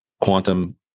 quantum